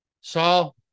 Saul